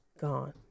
gone